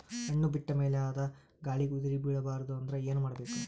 ಹಣ್ಣು ಬಿಟ್ಟ ಮೇಲೆ ಅದ ಗಾಳಿಗ ಉದರಿಬೀಳಬಾರದು ಅಂದ್ರ ಏನ ಮಾಡಬೇಕು?